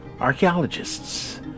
Archaeologists